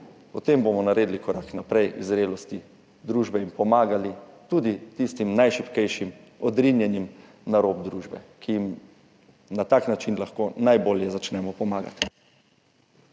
potem naredili korak naprej v zrelosti družbe in pomagali tudi tistim najšibkejšim, odrinjenim na rob družbe, ki jim na tak način lahko najbolje začnemo pomagati.